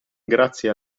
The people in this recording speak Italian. grazie